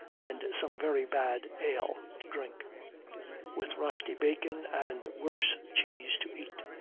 and some very bad ale, to drink with rusty bacon and worse cheese to eat.